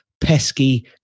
Pesky